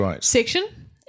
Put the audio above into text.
section